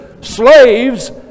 Slaves